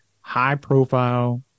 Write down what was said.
high-profile